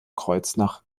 kreuznach